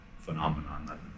phenomenon